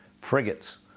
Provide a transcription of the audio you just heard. frigates